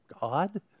God